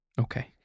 Okay